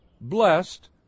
blessed